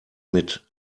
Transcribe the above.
mit